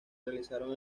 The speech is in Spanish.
realizaron